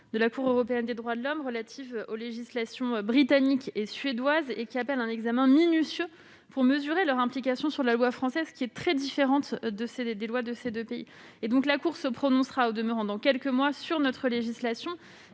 de la Cour européenne des droits de l'homme relatives aux législations britannique et suédoise. Ces décisions appellent un examen minutieux pour mesurer leur implication sur la loi française, qui est très différente des lois de ces deux pays. La Cour se prononcera dans quelques mois sur notre législation.